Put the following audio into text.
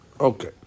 Okay